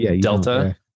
delta